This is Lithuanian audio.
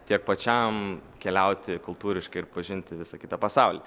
tiek pačiam keliauti kultūriškai ir pažinti visą kitą pasaulį